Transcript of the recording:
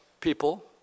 people